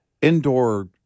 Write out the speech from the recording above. indoor